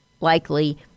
likely